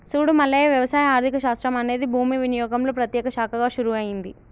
సూడు మల్లయ్య వ్యవసాయ ఆర్థిక శాస్త్రం అనేది భూమి వినియోగంలో ప్రత్యేక శాఖగా షురూ అయింది